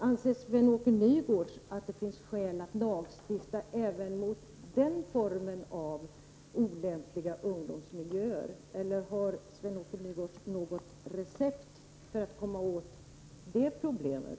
Anser Sven Åke Nygårds att det finns skäl att lagstifta även mot den formen av olämpliga ungdomsmiljöer eller har Sven-Åke Nygårds något recept för att lösa det problemet?